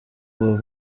ubu